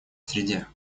среде